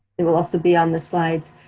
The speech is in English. it will also be on the slides.